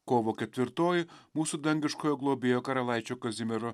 kovo ketvirtoji mūsų dangiškojo globėjo karalaičio kazimiero